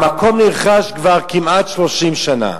המקום נרכש כבר לפני כמעט 30 שנה,